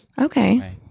Okay